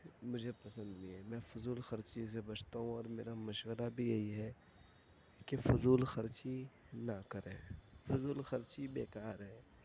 مجھے پسند نہیں ہے میں فضول خرچی سے بچتا ہوں اور میرا مشورہ بھی یہی ہے کہ فضول خرچی نہ کریں فضول خرچی بیکار ہے